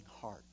heart